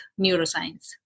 neuroscience